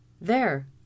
There